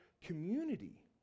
community